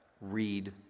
read